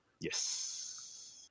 Yes